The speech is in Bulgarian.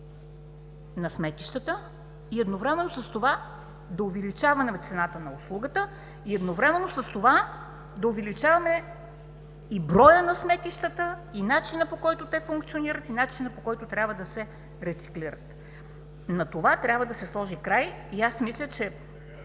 на сметищата и едновременно с това да увеличаваме цената на услугата, и едновременно с това да увеличаваме и броя на сметищата, и начина, по който те функционират, и начина, по който трябва да се рециклират. На това трябва да се сложи край и аз мисля, че